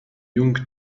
young